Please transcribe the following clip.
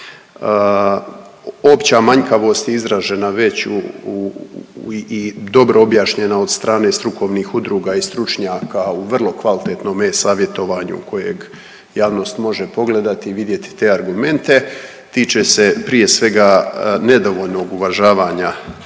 Opća manjkavost izražena već i dobro objašnjena od strane strukovnih udruga i stručnjaka u vrlo kvalitetnom e-savjetovanju kojeg javnost može pogledati i vidjeti te argumente, tiče se prije svega nedovoljno uvažavanja